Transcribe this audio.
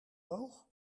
boog